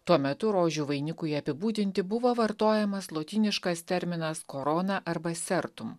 tuo metu rožių vainiku jai apibūdinti buvo vartojamas lotyniškas terminas corona arba sertum